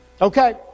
okay